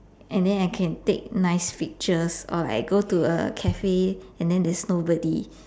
and then I can take nice pictures or like go to a Cafe and then there's nobody